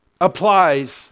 applies